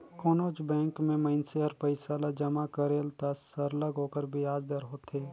कोनोच बंेक में मइनसे हर पइसा ल जमा करेल त सरलग ओकर बियाज दर होथे